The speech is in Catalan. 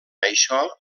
això